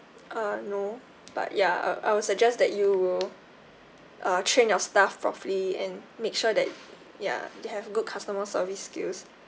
uh no but ya I I would suggest that you uh train your staff properly and make sure that ya they have good customer service skills